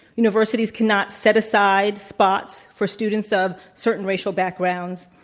universities cannot set aside spots for students of certain racial backgrounds,